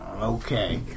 Okay